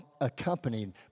accompanied